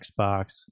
Xbox